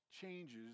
changes